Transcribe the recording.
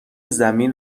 زمین